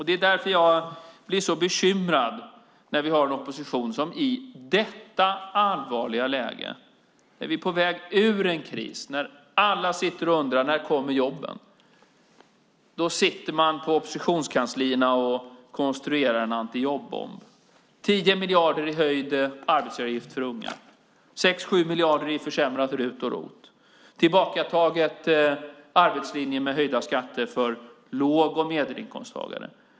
Det är därför jag blir så bekymrad när vi har en opposition som i detta allvarliga läge, när vi är på väg ur en kris och när alla sitter och undrar när jobben kommer, sitter på oppositionskanslierna och konstruerar en antijobb-bomb. Det blir 10 miljarder i höjd arbetsgivaravgift för unga, 6-7 miljarder i försämrad RUT och ROT och tillbakatagen arbetslinje med höjda skatter för låg och medelinkomsttagare.